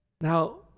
Now